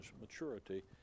maturity